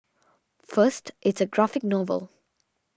first it's a graphic novel